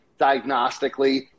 diagnostically